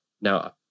Now